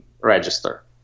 register